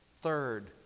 Third